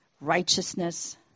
righteousness